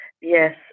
Yes